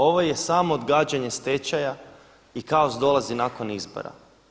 Ovo je samo odgađanje stečaja i kaos dolazi nakon izbora.